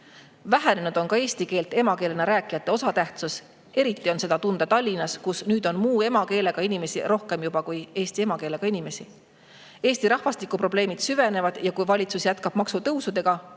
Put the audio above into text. Vähenenud on ka eesti keelt emakeelena rääkijate osatähtsus, eriti on seda tunda Tallinnas, kus nüüd on muu emakeelega inimesi juba rohkem kui eesti emakeelega inimesi. Eesti rahvastikuprobleemid süvenevad ja kui valitsus jätkab maksutõusude